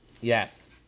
Yes